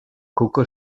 coco